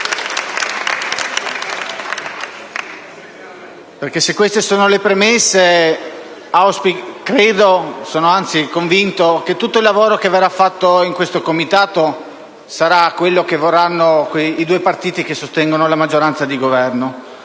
Se queste sono le premesse, credo - anzi, sono convinto - che tutto il lavoro che verrà fatto in questo Comitato sarà quello che vorranno fare i due partiti che sostengono la maggioranza di Governo.